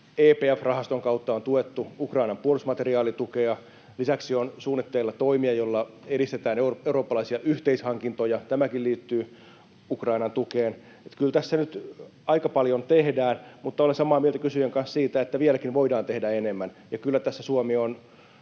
EPF-rahaston kautta on tuettu Ukrainan puolustusmateriaalitukea. Lisäksi on suunnitteilla toimia, joilla edistetään eurooppalaisia yhteishankintoja — tämäkin liittyy Ukrainan tukeen. Eli kyllä tässä nyt aika paljon tehdään. Mutta olen samaa mieltä kysyjän kanssa siitä, että vieläkin voidaan tehdä enemmän, ja kyllä tässä Suomi ei